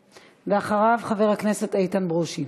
ואחריו, חבר הכנסת איתן ברושי.